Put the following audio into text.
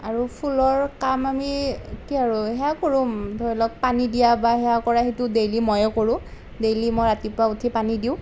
আৰু ফুলৰ কাম আমি কি আৰু সেয়া কৰোঁ ধৰি লওক পানী দিয়া বা সেয়া কৰা সেইটো ডেইলি ময়ে কৰোঁ ডেইলি মই ৰাতিপুৱা উঠি পানী দিওঁ